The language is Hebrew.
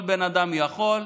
כל בן אדם יכול.